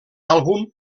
àlbum